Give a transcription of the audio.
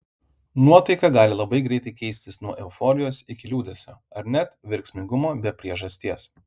nuotaika gali labai greitai keistis nuo euforijos iki liūdesio ar net verksmingumo be priežasties